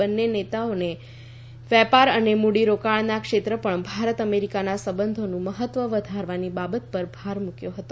બંને નેતાઓએ વેપાર અને મૂડીરોકાણના ક્ષેત્રે પણ ભારત અમેરિકાના સંબંધોનું મહત્વ વધારવાની બાબત પર ભાર મૂક્યો હતો